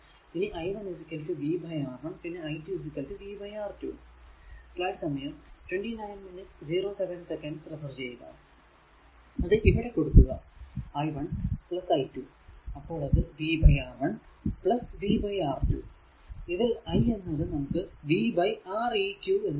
ഇനി i1 v R1 പിന്നെ i2 v R2 അത് ഇവിടെ കൊടുക്കുക i1 i2 അപ്പോൾ അത് v R1 v R2 ഇതിൽ i എന്നത് നമുക്ക് v R eq എന്ന് എഴുതാം